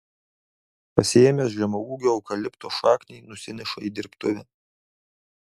pasiėmęs žemaūgio eukalipto šaknį nusineša į dirbtuvę